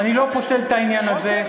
אני לא פוסל את העניין הזה,